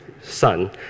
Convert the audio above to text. son